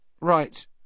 Right